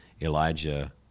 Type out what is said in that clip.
Elijah